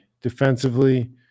defensively